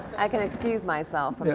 i can excuse myself